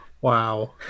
Wow